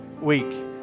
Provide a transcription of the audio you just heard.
week